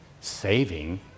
saving